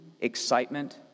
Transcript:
excitement